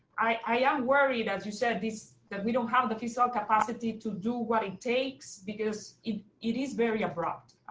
i i am worried, as you said, that we don't have the fiscal capacity to do what it takes because it it is very abrupt.